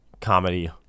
comedy